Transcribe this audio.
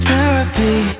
Therapy